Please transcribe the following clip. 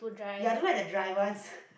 ya I don't like the dry one